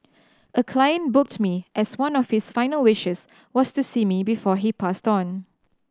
a client booked me as one of his final wishes was to see me before he passed on